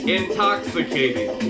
intoxicating